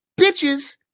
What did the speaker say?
bitches